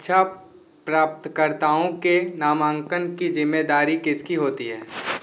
अच्छा प्राप्तकर्ताओं के नामांकन की ज़िम्मेदारी किसकी होती है